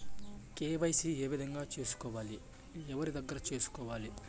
KYC ఏ విధంగా సేసుకోవాలి? ఎవరి దగ్గర సేసుకోవాలి?